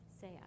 say